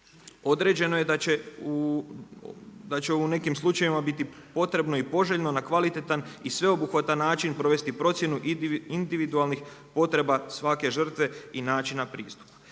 Određeno je da će u nekim slučajevima biti potrebno i poželjno na kvalitetan i sveobuhvatan način provesti procjenu individualnih potreba svake žrtve i načina pristupa.